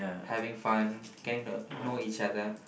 having fun getting to know each other